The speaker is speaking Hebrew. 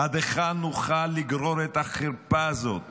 עד היכן נוכל לגרור את החרפה הזאת